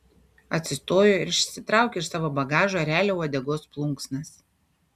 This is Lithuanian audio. atsistojo ir išsitraukė iš savo bagažo erelio uodegos plunksnas